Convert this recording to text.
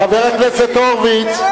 חבר הכנסת הורוביץ,